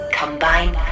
combine